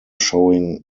showing